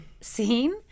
scene